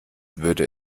würde